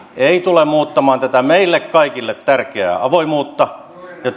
ei tule muuttamaan tätä meille kaikille tärkeää avoimuutta ja